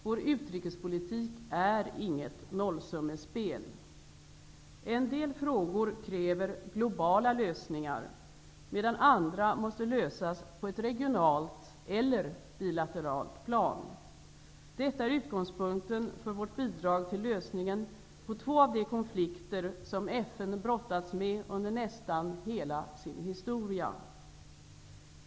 Vår utrikespolitik är inget nollsummespel. En del frågor kräver globala lösningar, medan andra måste lösas på ett regionalt eller bilateralt plan. Detta är utgångspunkten för vårt bidrag till lösningen på två av de konflikter som FN brottats med under nästan hela sin historia.